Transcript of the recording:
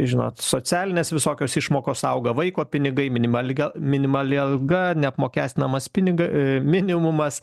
žinot socialinės visokios išmokos auga vaiko pinigai minimali ga minimali alga neapmokestinamas pinigą minimumas